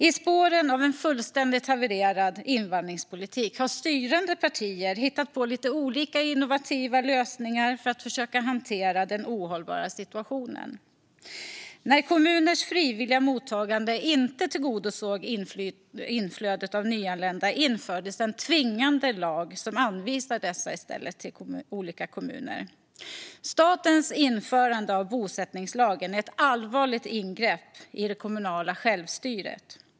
I spåren av en fullständigt havererad invandringspolitik har styrande partier hittat på lite olika innovativa lösningar för att försöka hantera den ohållbara situationen. När kommuners frivilliga mottagande inte tillgodosåg inflödet av nyanlända infördes en tvingande lag som i stället anvisar dessa till olika kommuner. Statens införande av bosättningslagen är ett allvarligt ingrepp i det kommunala självstyret.